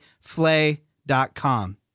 flay.com